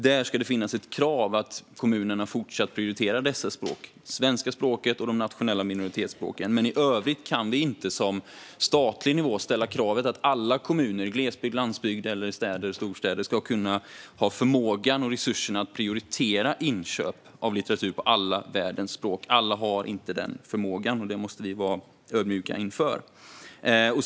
Där ska det finnas ett krav på att kommunerna fortsatt prioriterar dessa språk - svenska språket och de nationella minoritetsspråken. Men i övrigt kan vi inte på statlig nivå ställa kravet att alla kommuner, i glesbygd, på landsbygd, i städer och i storstäder, ska ha förmågan och resurserna att prioritera inköp av litteratur på alla världens språk. Alla har inte den förmågan, och det måste vi vara ödmjuka inför.